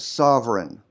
sovereign